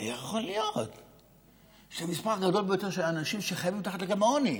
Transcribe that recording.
איך יכול להיות שהמספר הגדול ביותר של אנשים שחיים מתחת לקו העוני,